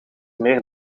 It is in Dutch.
meer